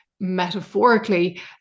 metaphorically